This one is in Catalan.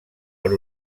per